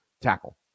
tackle